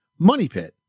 MONEYPIT